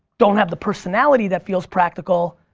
don't have the personality that feels practical.